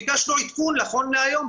ביקשנו עדכון נכון להיום.